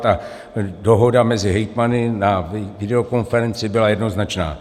A dohoda mezi hejtmany na videokonferenci byla jednoznačná.